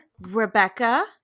Rebecca